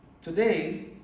Today